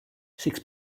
six